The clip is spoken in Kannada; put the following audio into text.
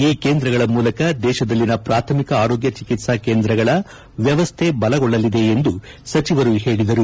ಈ ಕೇಂದ್ರಗಳ ಮೂಲಕ ದೇಶದಲ್ಲಿನ ಪಾಥಮಿಕ ಆರೋಗ್ಯ ಚಿಕಿತ್ಸಾ ಕೇಂದ್ರಗಳ ವ್ಯವಸ್ಥೆ ಬಲಗೊಳ್ಳಲಿದೆ ಎಂದು ಸಚಿವರು ಹೇಳಿದರು